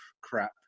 crap